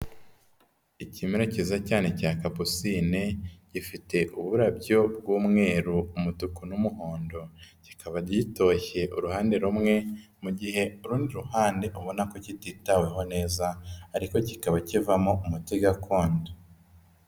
Ikimera cyiza cyane cya kapusine gifite uburabyo bw'umweru, umutuku n'umuhondo, kikaba gitoshye uruhande rumwe mu gihe urundi ruhande ubona ko kititaweho neza ariko kikaba kivamo umuti gakondo.